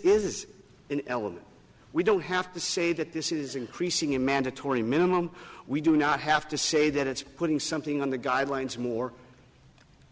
is an element we don't have to say that this is increasing in mandatory minimum we do not have to say that it's putting something on the guidelines more